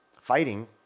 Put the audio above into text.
fighting